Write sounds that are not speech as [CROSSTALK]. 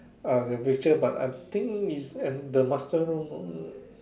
ah in future but I think it's in the master room [NOISE]